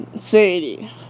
Sadie